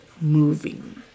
moving